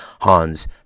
Hans